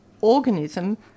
organism